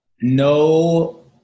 no